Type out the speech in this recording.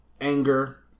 anger